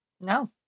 No